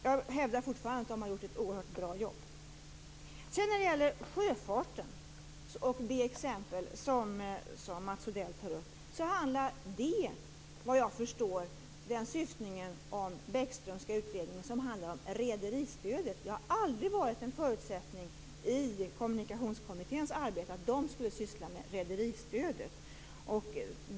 Jag hävdar fortfarande att utredningen gjort ett oerhört bra jobb. Vad gäller sjöfarten och det exempel som Mats Odell tar upp handlar det, såvitt jag förstår, den Bäckströmska utredningen om rederistödet. Det har aldrig varit en förutsättning i Kommunikationskommitténs arbete att syssla med rederistödet.